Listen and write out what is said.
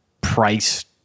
price